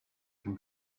can